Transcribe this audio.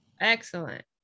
excellent